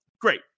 Great